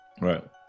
Right